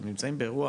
אתם נמצאים באירוע